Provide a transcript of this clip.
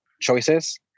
choices